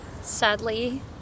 sadly